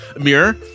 Mirror